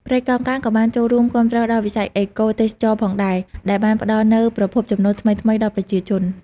ព្រៃកោងកាងក៏បានចូលរួមគាំទ្រដល់វិស័យអេកូទេសចរណ៍ផងដែរ ដែលបានផ្តល់នូវប្រភពចំណូលថ្មីៗដល់ប្រជាជន។